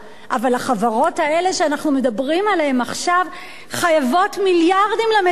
אבל החברות האלו שאנחנו מדברים עליהן עכשיו חייבות מיליארדים למדינה,